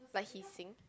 like he sing